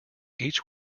each